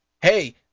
hey